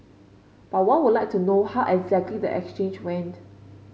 but one would like to know how exactly the exchange went